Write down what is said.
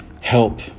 help